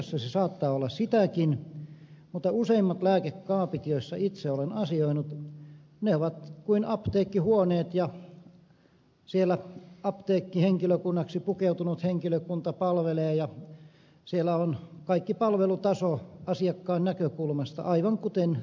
se saattaa olla sitäkin mutta useimmat lääkekaapit joissa itse olen asioinut ovat kuin apteekkihuoneet ja siellä apteekkihenkilökunnaksi pukeutunut henkilökunta palvelee ja siellä on kaikki palvelutaso asiakkaan näkökulmasta aivan kuten apteekissakin